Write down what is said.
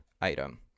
item